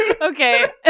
okay